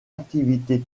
activité